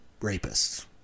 rapists